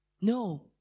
No